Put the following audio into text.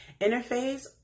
interface